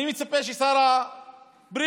אני מצפה ששר הבריאות